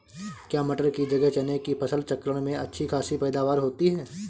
क्या मटर की जगह चने की फसल चक्रण में अच्छी खासी पैदावार होती है?